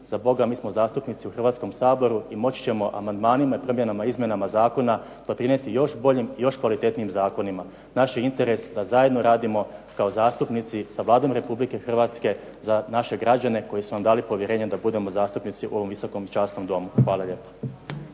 za Boga mi smo zastupnici u Hrvatskom saboru i moći ćemo amandmanima i promjenama i izmjenama zakona doprinijeti još boljim i još kvalitetnijim zakonima. Naš je interes da zajedno radimo kao zastupnici sa Vladom Republike Hrvatske za naše građane koji su nam dali povjerenje da budemo zastupnici u ovom Visokom i časnom domu. Hvala lijepa.